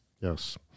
Yes